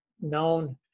known